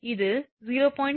இது 0